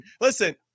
Listen